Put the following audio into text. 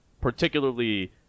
particularly